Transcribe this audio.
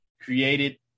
created